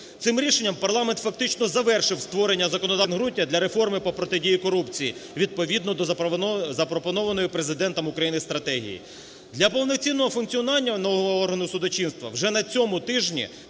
Цим рішенням парламент фактично завершив створення законодавчого підґрунтя для реформи по протидії корупції відповідно до запропонованої Президентом України стратегії. Для повноцінного функціонування нового органу судочинства вже на цьому тижні